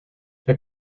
the